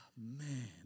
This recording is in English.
Man